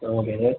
ah okay sir